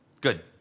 Good